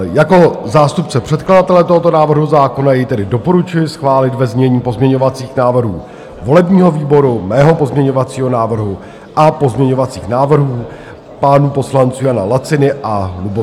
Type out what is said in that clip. Jako zástupce předkladatele tohoto návrhu zákona jej tedy doporučuji schválit ve znění pozměňovacích návrhů volebního výboru, mého pozměňovacího návrhu a pozměňovacích návrhů pánů poslanců Jana Laciny a Lubomíra Brože.